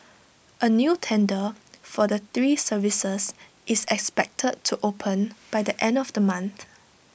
A new tender for the three services is expected to open by the end of the month